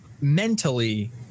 mentally